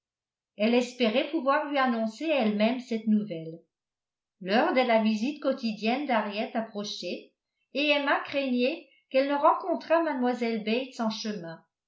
elle espérait pouvoir lui annoncer elle-même cette nouvelle l'heure de la visita quotidienne d'harriet approchait et emma craignait qu'elle ne rencontrât mlle bates en chemin